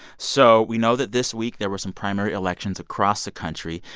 so we know that this week there were some primary elections across the country.